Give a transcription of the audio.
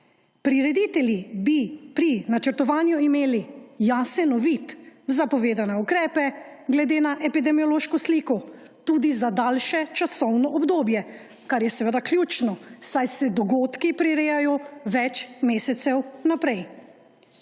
Prireditelji bi pri načrtovanju imeli jasen uvid v zapovedane ukrepe glede na epidemiološko sliko tudi za daljše časovno obdobje, kar je seveda ključno, saj se dogodki prirejo več mesecev vnaprej.